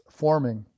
forming